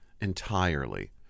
entirely